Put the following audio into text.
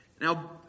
Now